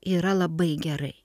yra labai gerai